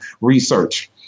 research